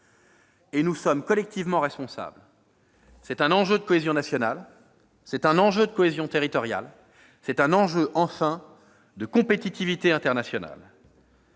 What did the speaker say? et nous sommes collectivement responsables. C'est un enjeu de cohésion nationale, de cohésion territoriale et de compétitivité internationale.